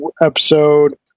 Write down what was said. episode